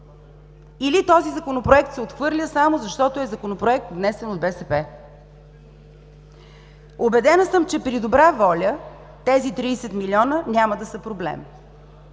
или този Законопроект се отхвърля, само защото е Законопроект внесен от БСП? Убедена съм, че при добра воля тези 30 милиона няма да са проблем.